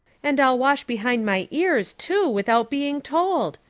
and i'll wash behind my ears too, without being told.